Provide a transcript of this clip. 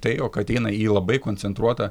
tai jog ateina į labai koncentruotą